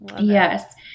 Yes